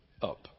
up